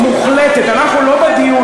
נתניהו הצביע בעד ההתנתקות.